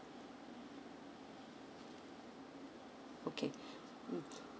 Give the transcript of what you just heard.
okay mm